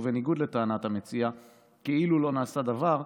ובניגוד לטענת המציע כאילו לא נעשה דבר,